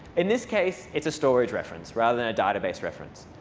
in this case, it's a storage reference rather than a database reference.